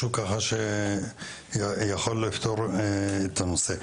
אני רוצה להציע פה משהו שיכול לפתור את הנושא.